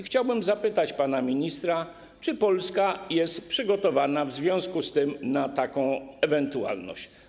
Chciałbym zapytać pana ministra, czy Polska jest przygotowana w związku z tym na taką ewentualność.